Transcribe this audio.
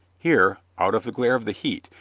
here, out of the glare of the heat,